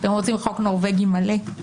אתם רוצים חוק נורבגי מלא?